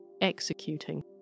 executing